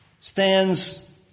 stands